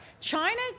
China